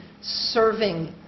serving